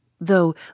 though